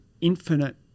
infinite